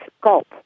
gulp